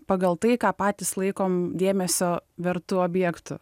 pagal tai ką patys laikom dėmesio vertu objektu